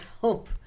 help